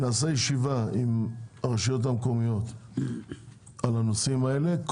נקיים ישיבה עם הרשויות המקומות על הנושאים האלה,